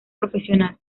profesional